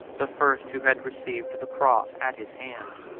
the first who had received the cross at his hands.